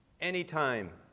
anytime